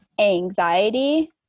anxiety